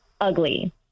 ugly